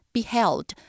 Beheld